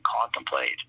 contemplate